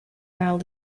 now